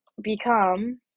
become